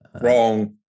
wrong